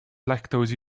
lactose